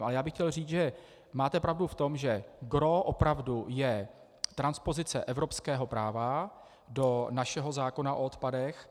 Ale já bych chtěl říct, že máte pravdu v tom, že gros opravdu je transpozice evropského práva do našeho zákona o odpadech.